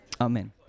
Amen